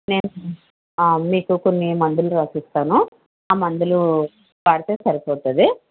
నేను మీకు కొన్ని మందులు రాసిస్తాను ఆ మందులు వాడితే సరిపోతుంది